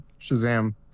Shazam